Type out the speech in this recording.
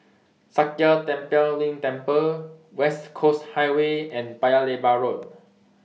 Sakya Tenphel Ling Temple West Coast Highway and Paya Lebar Road